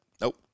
Nope